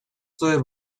fluid